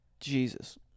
Jesus